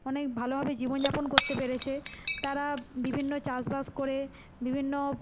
অনেক ভালোভাবে জীবনযাপন করতে পেরেছে তারা বিভিন্ন চাষবাস করে বিভিন্ন